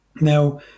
Now